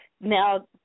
Now